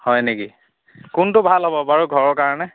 হয় নেকি কোনটো ভাল হ'ব বাৰু ঘৰৰ কাৰণে